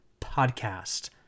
podcast